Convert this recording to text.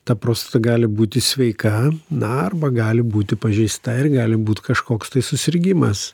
ta prostata gali būti sveika na arba gali būti pažeista ir gali būt kažkoks tai susirgimas